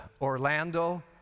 Orlando